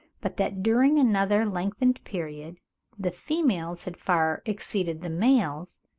but that during another lengthened period the females had far exceeded the males,